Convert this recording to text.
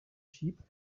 sheep